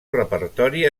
repertori